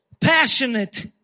Passionate